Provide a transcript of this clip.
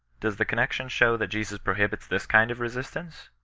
does the connexion show that jesus prohibits this kind of resistance?